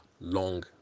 long